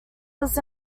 was